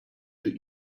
that